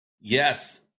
Yes